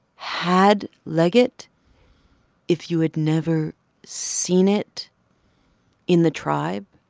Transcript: had liget if you had never seen it in the tribe?